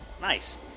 Nice